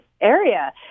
area